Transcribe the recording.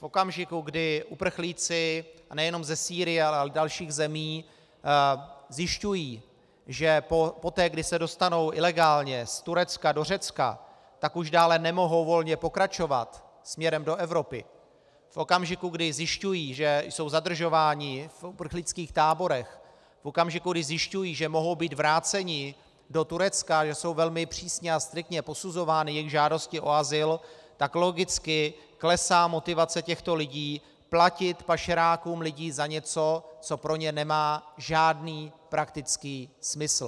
V okamžiku, kdy uprchlíci nejen ze Sýrie, ale i dalších zemí zjišťují, že poté, kdy se dostanou ilegálně z Turecka do Řecka, tak už dále nemohou volně pokračovat směrem do Evropy, v okamžiku, kdy zjišťují, že jsou zadržováni v uprchlických táborech, v okamžiku, kdy zjišťují, že mohou být vráceni do Turecka, a že jsou velmi přísně a striktně posuzovány jejich žádosti o azyl, tak logicky klesá motivace těchto lidí platit pašerákům lidí za něco, co pro ně nemá žádný praktický smysl.